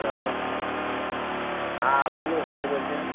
hello হ্যাঁ বলুন কে বলছেন